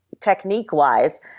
technique-wise